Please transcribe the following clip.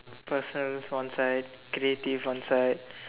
personal one side creative one side